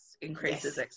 increases